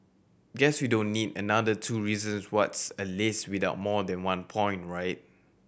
guess we don't need another two reasons what's a list without more than one point right